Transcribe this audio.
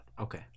Okay